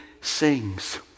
sings